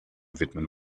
widmen